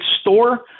store